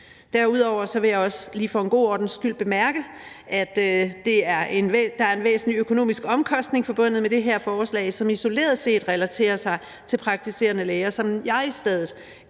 Derudover vil jeg også lige for god ordens skyld bemærke, at der er en væsentlig økonomisk omkostning forbundet med det her forslag, som isoleret set relaterer sig til praktiserende læger, men jeg så